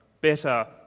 better